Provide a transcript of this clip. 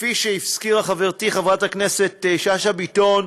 כפי שהזכירה חברתי חברת הכנסת שאשא ביטון,